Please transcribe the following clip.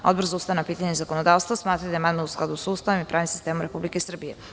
Odbor za ustavna pitanja i zakonodavstvo smatra da je amandman u skladu sa Ustavom i pravnim sistemom Republike Srbije.